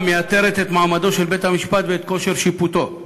מייתרת את מעמדו של בית-המשפט ואת כושר שיפוטו.